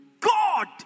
God